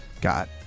got